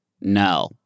no